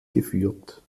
geführt